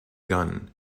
gun